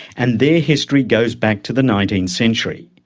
and their history goes back to the nineteenth century.